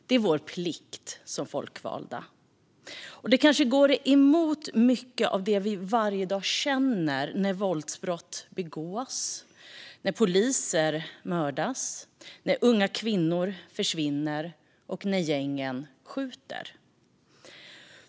Det är vår plikt som folkvalda, även om det kanske går emot mycket av det vi varje dag känner när våldsbrott begås, när poliser mördas, när unga kvinnor försvinner och när gängen skjuter.